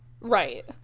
right